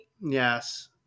Yes